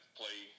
play